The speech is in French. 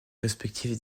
respectifs